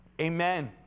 amen